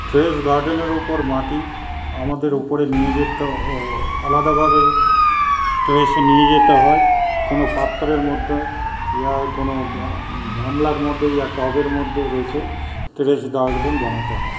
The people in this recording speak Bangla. টেরেস গার্ডেনের ওপর মাটি আমাদের ওপরে নিয়ে যেতে অঅঅঅ আলাদাভাবে টেরেসে নিয়ে যেতে হয় কোন পাত্রের মধ্যে ইয়া কোন গা গামলার মধ্যে ইয়া টবের মধ্যে রেখে টেরেস গার্ডেন বানাতে হয়